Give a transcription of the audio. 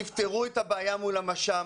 תפתרו את הבעיה מול המש"מ,